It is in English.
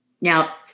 Now